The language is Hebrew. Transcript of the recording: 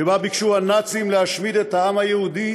שבה ביקשו הנאצים להשמיד את העם היהודי